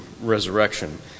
resurrection